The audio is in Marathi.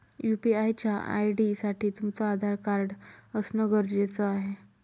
यू.पी.आय च्या आय.डी साठी तुमचं आधार कार्ड असण गरजेच आहे